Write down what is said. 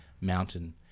mountain